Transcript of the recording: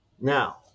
Now